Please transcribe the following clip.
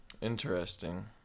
interesting